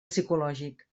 psicològic